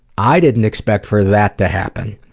i didn't expect for that to happen.